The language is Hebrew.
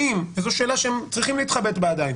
האם וזו שאלה שהם צריכים להתחבט בה עדיין